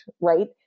right